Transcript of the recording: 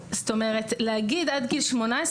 להגיד עד גיל 18,